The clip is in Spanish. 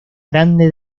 grande